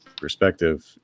perspective